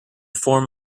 form